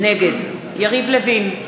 נגד יריב לוין,